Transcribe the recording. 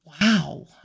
wow